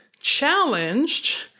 challenged